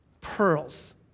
pearls